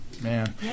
Man